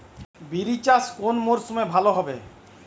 বিরি চাষ কোন মরশুমে ভালো হবে?